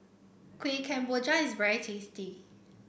Kuih Kemboja is very tasty